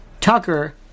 Tucker